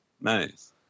Nice